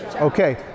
Okay